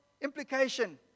implication